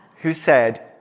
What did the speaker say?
who said,